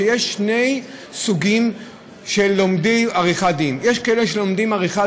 שיש שני סוגים של לומדים עריכת דין: יש כאלה שלומדים עריכת